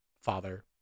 father